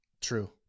True